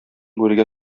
бүрегә